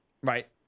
Right